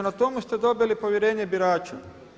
Na tomu ste dobili povjerenje birača.